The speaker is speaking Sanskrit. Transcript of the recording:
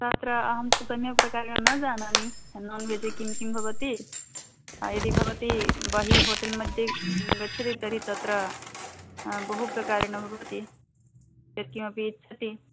तत्र अहं सम्यक्प्रकारेण न जानामि नान्वेज् किं किं भवति यदि भवती बहि होटेल् मध्ये गच्छति तर्हि तत्र बहुप्रकारेण भवति यत्किमपि इच्छति